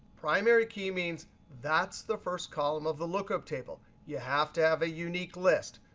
primary key means that's the first column of the lookup table. you have to have a unique list.